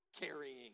carrying